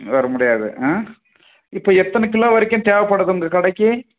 வர முடியாது இப்போது எத்தனை கிலோ வரைக்கும் தேவைப்படுது உங்கள் கடைக்கு